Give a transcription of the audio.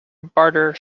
barter